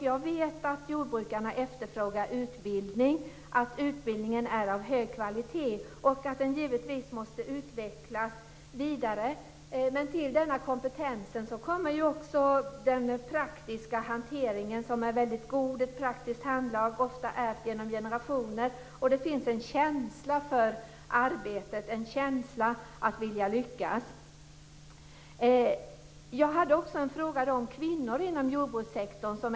Jag vet att jordbrukarna efterfrågar utbildning, att denna utbildning är av hög kvalitet och att den givetvis måste utvecklas vidare. Till denna kompetens kommer också den praktiska hanteringen, som är väldigt god. Det är ofta fråga om ett praktiskt handlag som har ärvts genom generationer. Det finns en känsla för arbetet och en vilja att lyckas. Jag har också ställt en fråga om kvinnor inom jordbrukssektorn.